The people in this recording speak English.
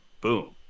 Boom